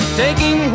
taking